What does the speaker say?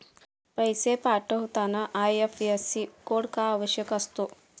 पैसे पाठवताना IFSC code का आवश्यक असतो?